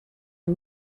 les